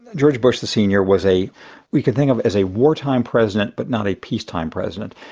george bush, the senior, was a we could think of as a wartime president but not a peacetime president,